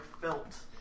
felt